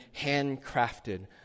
handcrafted